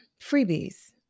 freebies